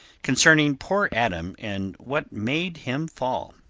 concerning poor adam and what made him fall.